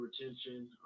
retention